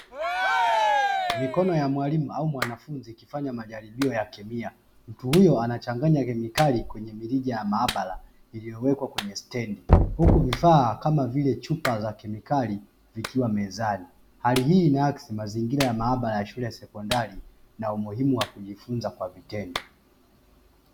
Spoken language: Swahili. Mikono ya mwalimu au mwanafunzi ikifanya majaribio ya kemia, mtu huyo anachanganya kemikali kwenye mirija ya maabara iliyowekwa kwenye stendi, huku vifaa kama vile chupa za kemikali vikiwa mezani. Hali hii inaakisi mazingira ya maabara ya shule ya sekondari na umuhimu wa kujifunza kwa vitendo.